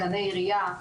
גני עירייה,